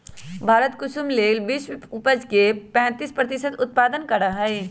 भारत कुसुम तेल के विश्व उपज के पैंतीस प्रतिशत उत्पादन करा हई